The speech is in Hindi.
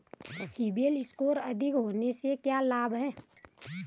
सीबिल स्कोर अधिक होने से क्या लाभ हैं?